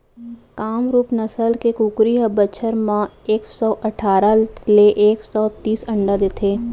कामरूप नसल के कुकरी ह बछर म एक सौ अठारा ले एक सौ तीस अंडा देथे